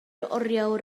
oriawr